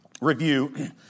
review